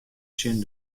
tsjin